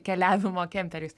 keliavimo kemperiais